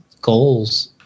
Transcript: goals